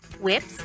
whips